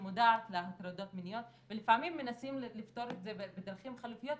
שמודעת להטרדות מיניות ולפעמים מנסים לפתור את זה בדרכים חלופיות,